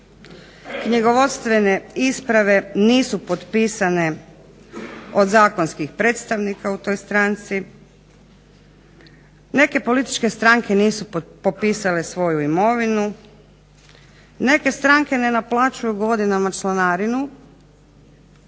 knjigovodstvene isprave nisu potpisane od zakonskih predstavnika u toj stranci. Neke političke stranke nisu popisale svoju imovinu, neke stranke ne naplaćuju godinama članarinu